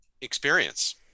experience